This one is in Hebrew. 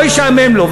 לא ישעמם לו,